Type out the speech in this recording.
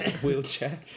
Wheelchair